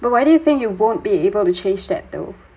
but why do you think you won't be able to change that though